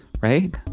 Right